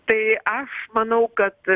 tai aš manau kad